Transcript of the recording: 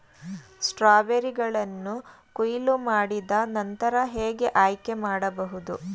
ಸ್ಟ್ರಾಬೆರಿಗಳನ್ನು ಕೊಯ್ಲು ಮಾಡಿದ ನಂತರ ಹೇಗೆ ಆಯ್ಕೆ ಮಾಡಬಹುದು?